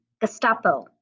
Gestapo